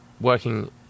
working